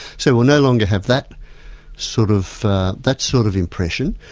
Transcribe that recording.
so we'll no longer have that sort of that sort of impression.